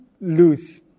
lose